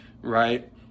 right